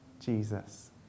Jesus